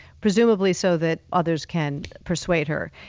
presumably so that others can persuade her.